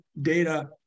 data